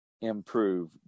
improve